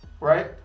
Right